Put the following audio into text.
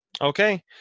Okay